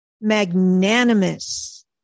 magnanimous